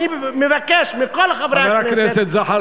אני מבקש מכל חברי הכנסת, חבר הכנסת זחאלקה.